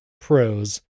Pros